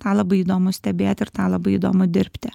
tą labai įdomu stebėt ir tą labai įdomu dirbti